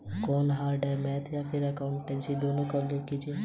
मैं उपयोगिता भुगतान घोटालों से कैसे बचाव कर सकता हूँ?